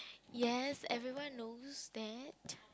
yes everyone knows that